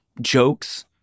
jokes